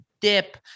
dip